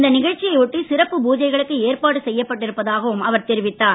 இந்த நிகழ்ச்சியை ஒட்டி சிறப்பு பூஜைகளுக்கு ஏற்பாடு செய்யப்பட்டிருப்பதாகவும் அவர் தெரிவித்தார்